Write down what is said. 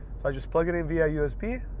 so i just plug it in via usb.